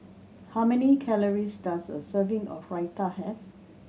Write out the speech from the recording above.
how many calories does a serving of Raita have